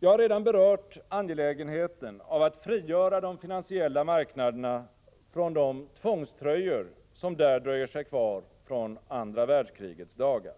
Jag har redan berört angelägenheten av att frigöra de finansiella marknaderna från de tvångströjor som där dröjer sig kvar från andra världskrigets dagar.